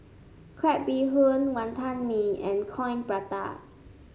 Crab Bee Hoon Wonton Mee and Coin Prata